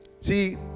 See